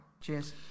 Cheers